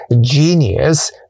genius